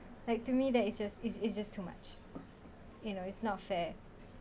like to me that is just is is is just too much you know it's not fair